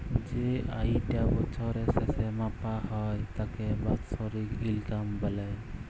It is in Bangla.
যেই আয়িটা বছরের শেসে মাপা হ্যয় তাকে বাৎসরিক ইলকাম ব্যলে